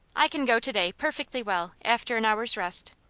i can go to-day, perfectly well, after an hour's rest.